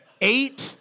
eight